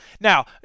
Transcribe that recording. Now